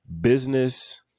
business